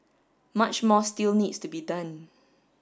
much more still needs to be done